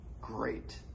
great